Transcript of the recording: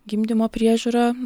gimdymo priežiūra